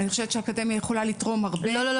אני חושבת שהאקדמיה יכולה לתרום הרבה --- לא,